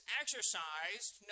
exercised